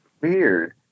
weird